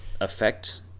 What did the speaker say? affect